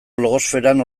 blogosferan